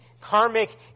karmic